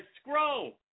scroll